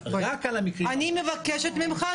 אני מבקשת ממך,